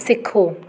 सिखो